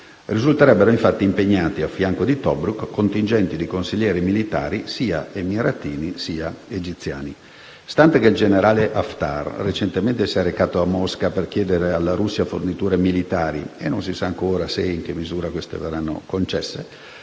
Risulterebbero, infatti, impegnati a fianco di Tobruk contingenti di consiglieri militari sia emiratini sia egiziani. Stante che il generale Haftar recentemente si è recato a Mosca per chiedere alla Russia forniture militari, che non si sa ancora se e in che misura verranno concesse,